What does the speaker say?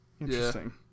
Interesting